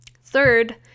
Third